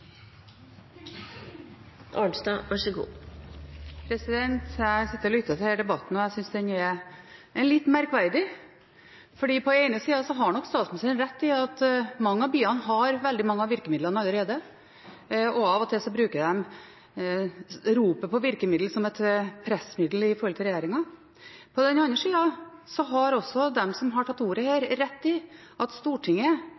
Arnstad – til siste oppfølgingsspørsmål. Jeg har sittet og lyttet til denne debatten, og jeg synes den er litt merkverdig. På den ene sida har nok statsministeren rett i at mange av byene har veldig mange av virkemidlene allerede, og av og til bruker de ropet på virkemidler som et pressmiddel overfor regjeringen. På den andre sida har også de som har tatt ordet